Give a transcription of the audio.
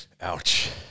Ouch